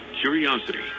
curiosity